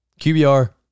qbr